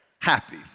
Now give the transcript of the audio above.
happy